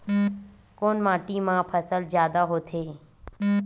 कोन माटी मा फसल जादा होथे?